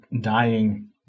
dying